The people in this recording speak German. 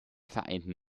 vereinten